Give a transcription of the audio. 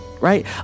Right